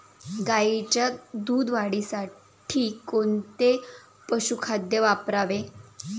गाईच्या दूध वाढीसाठी कोणते पशुखाद्य वापरावे?